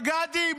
מג"דים,